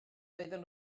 doedden